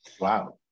wow